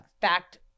fact